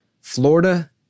Florida